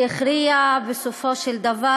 שהכריע בסופו של דבר